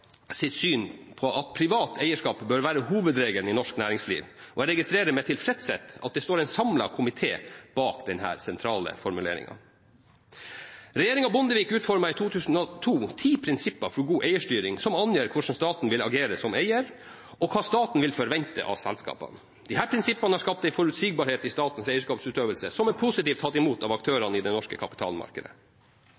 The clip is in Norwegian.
syn, at privat eierskap bør være hovedregelen i norsk næringsliv, og jeg registrerer med tilfredshet at det står en samlet komité bak denne sentrale formuleringen. Regjeringen Bondevik utformet i 2002 ti prinsipper for god eierstyring, som angir hvordan staten vil agere som eier, og hva staten vil forvente av selskapene. Disse prinsippene har skapt en forutsigbarhet i statens eierskapsutøvelse som er positivt tatt imot av aktørene i det norske kapitalmarkedet.